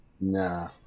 Nah